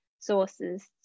sources